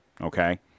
Okay